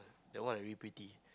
that one I really pretty